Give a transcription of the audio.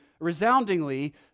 resoundingly